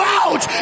out